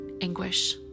anguish